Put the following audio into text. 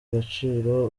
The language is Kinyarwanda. gaciro